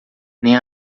nem